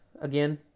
Again